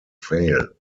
fail